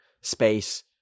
space